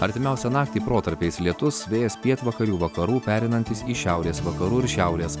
artimiausią naktį protarpiais lietus vėjas pietvakarių vakarų pereinantis į šiaurės vakarų šiaurės